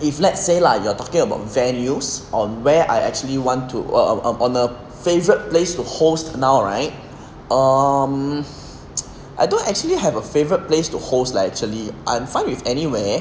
if let's say lah you are talking about venues on where I actually want to um um on a favorite place to host now right um I don't actually have a favourite place to host lah actually I'm fine with anywhere